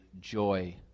joy